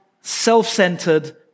self-centered